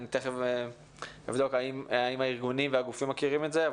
תיכף אבדוק אם הארגונים והגופים מכירים את זה.